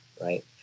right